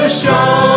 show